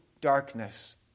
darkness